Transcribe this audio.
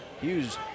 Hughes